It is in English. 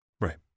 Right